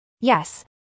Yes